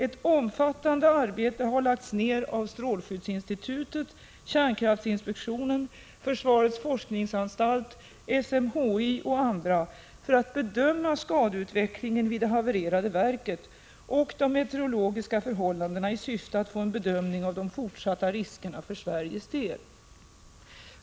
Ett omfattande arbete har lagts ner av strålskyddsinstitutet, kärnkraftinspektionen, försvarets forskningsanstalt, SMHI och andra för att bedöma skadeutvecklingen vid det havererade verket och de meteorologiska förhållandena i syfte att få en bedömning av de fortsatta riskerna för Sveriges del.